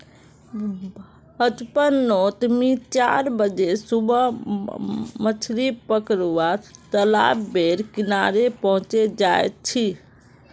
बचपन नोत मि चार बजे सुबह मछली पकरुवा तालाब बेर किनारे पहुचे जा छी